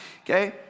okay